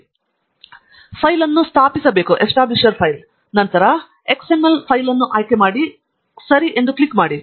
ಮತ್ತು ಇಲ್ಲಿ ಫೈಲ್ ಅನ್ನು ಸ್ಥಾಪಿಸಬೇಕು ಮತ್ತು ನಂತರ XML ಫೈಲ್ ಅನ್ನು ಆಯ್ಕೆ ಮಾಡಿ ಸರಿ ಕ್ಲಿಕ್ ಮಾಡಿ